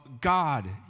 God